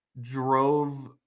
drove